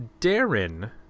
Darren